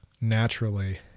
naturally